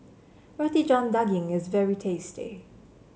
Roti John Daging is very tasty